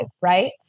right